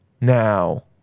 now